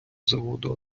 заводу